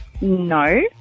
No